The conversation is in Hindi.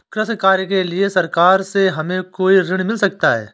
कृषि कार्य के लिए सरकार से हमें कोई ऋण मिल सकता है?